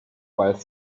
while